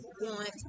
want